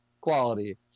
quality